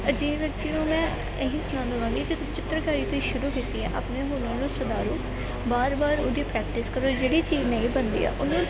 ਅਜਿਹੇ ਵਿਅਕਤੀ ਨੂੰ ਮੈਂ ਇਹੀ ਸਲਾਹ ਦੇਵਾਂਗੀ ਕਿ ਤੁਸੀਂ ਚਿੱਤਰਕਾਰੀ ਤੋਂ ਹੀ ਸ਼ੁਰੂ ਕੀਤੀ ਹੈ ਆਪਣੇ ਹੁਨਰ ਨੂੰ ਸੁਧਾਰੋ ਬਾਰ ਬਾਰ ਉਹਦੀ ਪ੍ਰੈਕਟਿਸ ਕਰੋ ਜਿਹੜੀ ਚੀਜ਼ ਨਹੀਂ ਬਣਦੀ ਆ ਉਹਨੂੰ